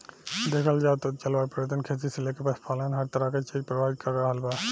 देखल जाव त जलवायु परिवर्तन खेती से लेके पशुपालन हर तरह के चीज के प्रभावित कर रहल बा